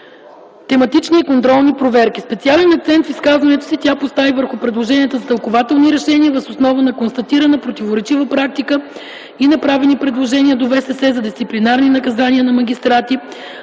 тематични и контролни проверки. Специален акцент в изказването си тя постави върху предложенията за тълкувателни решения въз основа на констатирана противоречива практика и направени предложения до ВСС за дисциплинарни наказания на магистрати,